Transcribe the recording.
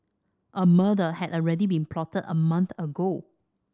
a murder had already been plotted a month ago